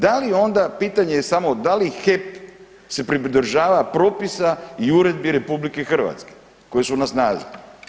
Da li onda, pitanje je samo da li HEP se pridržava propisa i uredbi RH koje su na snazi?